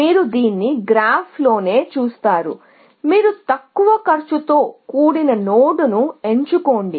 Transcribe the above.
ఉదాహరణకు మీరు తక్కువ కాస్ట్తో కూడిన నోడ్ను ఎంచుకోండి